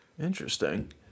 Interesting